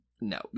No